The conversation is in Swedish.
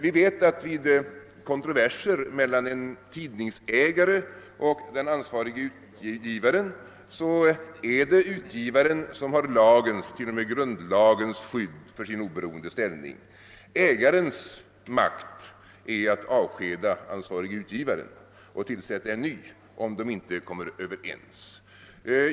Vi vet att det vid kontroverser mellan en tidningsägare och den ansvarige utgivaren är utgivaren som har lagens, t.o.m. grundlagens, skydd för sin oberoende ställning. Det står i ägarens makt att avskeda den ansvarige utgivaren och tillsätta en ny, om de inte kommer överens.